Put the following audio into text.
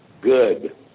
good